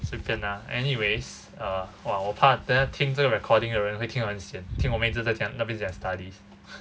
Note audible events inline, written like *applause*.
随便 ah anyways err !wah! 我怕得下听这个 recording 的人会听到很 sian 听我们一直在讲那边讲 studies *breath*